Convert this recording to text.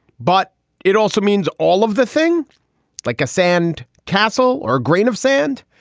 but it also means all of the thing like a sand castle or grain of sand.